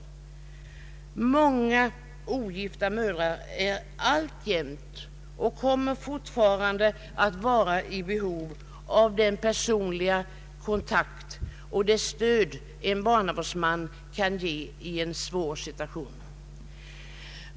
Många ogifta mödrar är alltjämt och kommer alt vara i behov av den personliga kontakt och det stöd en barnavårdsman kan ge i en svår situation.